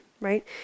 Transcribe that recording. right